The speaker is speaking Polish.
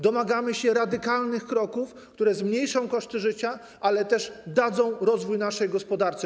Domagamy się radykalnych kroków, które zmniejszą koszty życia, ale też dadzą rozwój naszej gospodarce.